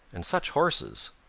and such horses.